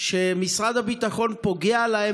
שמשרד הביטחון פוגע להם